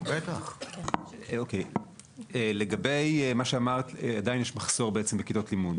בטח לגבי מה שאמרת, עדיין יש מחסור בכיתות לימוד.